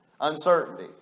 uncertainty